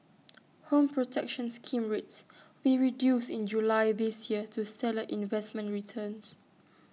home protection scheme rates will reduced in July this year due stellar investment returns